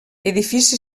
edifici